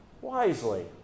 Wisely